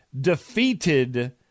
defeated